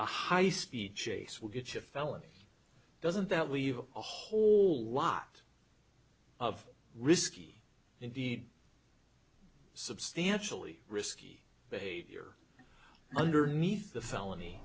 a high speed chase will get shipped felony doesn't that leave a whole lot of risky indeed substantially risky behavior underneath the felony